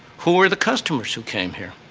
who were the customers who came here?